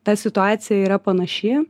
ta situacija yra panaši